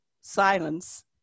silence